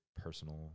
personal